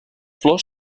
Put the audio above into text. flors